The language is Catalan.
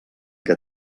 que